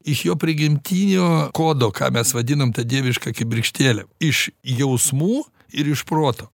iš jo prigimtinio kodo ką mes vadinam tą dievišką kibirkštėlę iš jausmų ir iš proto